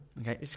okay